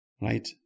right